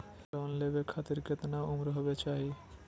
Loan लेवे खातिर केतना उम्र होवे चाही?